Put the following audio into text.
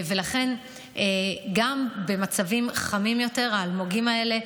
ולכן גם במצבים חמים יותר האלמוגים האלה,